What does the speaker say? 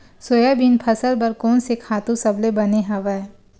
Soybean फसल बर कोन से खातु सबले बने हवय?